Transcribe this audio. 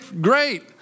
great